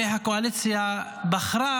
והקואליציה בחרה